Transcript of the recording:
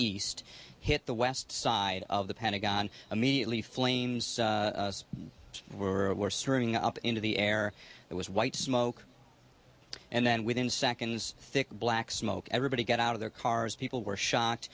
east hit the west side of the pentagon immediately flames were surging up into the air it was white smoke and then within seconds thick black smoke everybody got out of their cars people were shocked